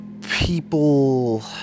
People